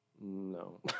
No